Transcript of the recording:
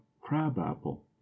crab-apple